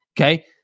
Okay